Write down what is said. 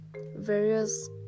various